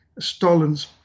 Stalin's